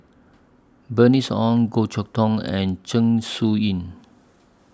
Bernice Ong Goh Chok Tong and Zeng Shouyin